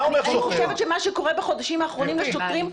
אני חושבת שמה שקורה בחודשים האחרונים לשוטרים,